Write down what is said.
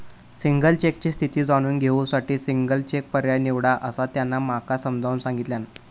single चेकची स्थिती जाणून घेऊ साठी सिंगल चेक पर्याय निवडा, असा त्यांना माका समजाऊन सांगल्यान